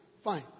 fine